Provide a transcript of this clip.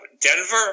Denver